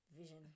vision